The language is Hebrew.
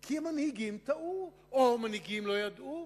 כי המנהיגים טעו, או המנהיגים לא ידעו.